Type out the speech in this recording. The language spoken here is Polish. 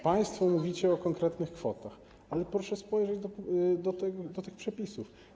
Państwo mówicie o konkretnych kwotach, ale proszę spojrzeć do tych przepisów.